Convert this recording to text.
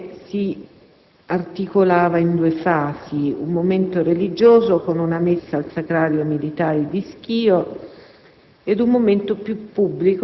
La manifestazione si articolava in due fasi: un momento religioso, con una messa al Sacrario militare di Schio,